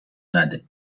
نده